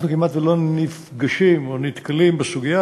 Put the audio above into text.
אנחנו כמעט שלא נפגשים ולא נתקלים בסוגיה